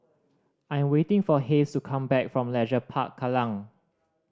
I am waiting for Hays to come back from Leisure Park Kallang